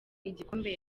igikombe